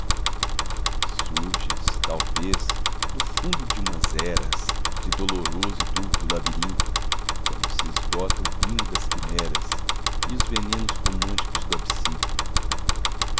surges talvez do fundo de umas eras de doloroso e turvo labirinto quando se esgota o vinho das quimeras e os venenos românticos do absinto